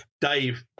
Dave